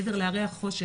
מעבר להרי החושך.